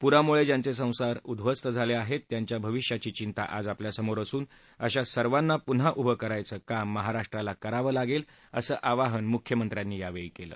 प्रामुळे ज्यांचे संसार उध्वस्त झाले आहेत त्यांच्या भविष्याची चिंता आज आपल्यासमोर असून अशा सर्वांना पुन्हा उभं करायचं काम महाराष्ट्राला करावं लागेल असं आवाहन मुख्यमंत्र्यांनी योवळी केलं